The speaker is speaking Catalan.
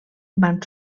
van